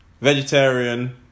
vegetarian